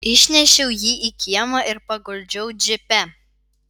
išnešiau jį į kiemą ir paguldžiau džipe